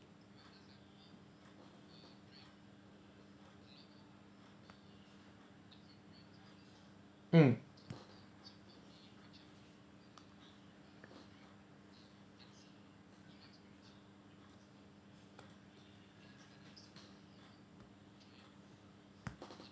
mm